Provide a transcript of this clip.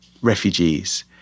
refugees